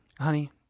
Honey